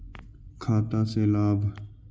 खाता से लाभ?